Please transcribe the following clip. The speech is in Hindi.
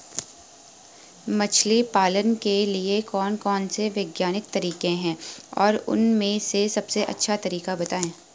मछली पालन के लिए कौन कौन से वैज्ञानिक तरीके हैं और उन में से सबसे अच्छा तरीका बतायें?